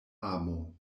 amo